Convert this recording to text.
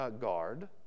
guard